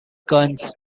guns